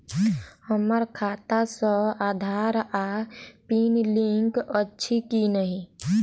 हम्मर खाता सऽ आधार आ पानि लिंक अछि की नहि?